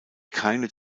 keine